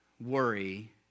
worry